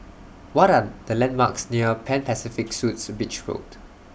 What Are The landmarks near Pan Pacific Suites Beach Road